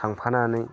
थांफानानै